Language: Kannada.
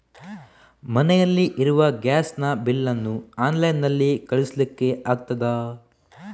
ಮನೆಯಲ್ಲಿ ಇರುವ ಗ್ಯಾಸ್ ನ ಬಿಲ್ ನ್ನು ಆನ್ಲೈನ್ ನಲ್ಲಿ ಕಳಿಸ್ಲಿಕ್ಕೆ ಆಗ್ತದಾ?